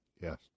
Yes